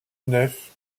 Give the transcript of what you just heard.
nef